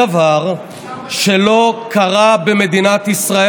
מדבר בנט תרחק.